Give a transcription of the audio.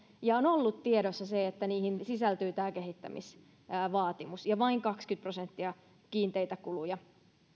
ja on ollut tiedossa se että niihin sisältyy tämä kehittämisvaatimus ja vain kaksikymmentä prosenttia kiinteitä kuluja